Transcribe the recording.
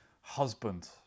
husband